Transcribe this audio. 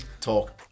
talk